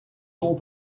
tol